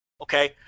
okay